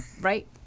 right